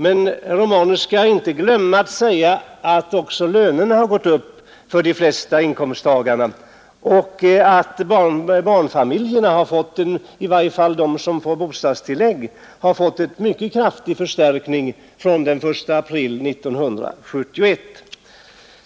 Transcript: Men herr Romanus skall inte glömma att de flesta inkomsttagares löner också har gått upp och att barnfamiljerna — i varje fall de barnfamiljer som får bostadstillägg — har fått en mycket kraftig förstärkning från den 1 april 1971.